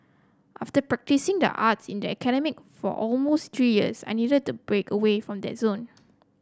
after practising the arts in the academy for almost three years I needed to break away from that zone